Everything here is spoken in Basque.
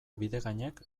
bidegainek